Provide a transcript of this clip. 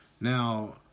Now